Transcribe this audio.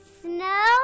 snow